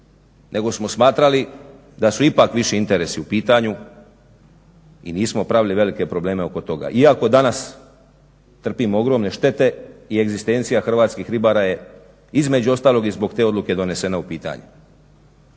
nego smo smatrali da su ipak viši interesi u pitanju i nismo pravili velike probleme oko toga. Iako danas trpimo ogromne štete i egzistencija hrvatskih ribara je između ostalog i zbog te odluke donesena u pitanje.